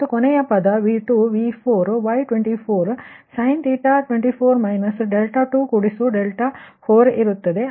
ಮತ್ತು ಕೊನೆಯ ಪದ V2V4 Y24 ಹಾಗೂ 24 24 ಇರುತ್ತದೆ